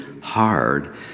hard